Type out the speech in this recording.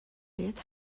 بهت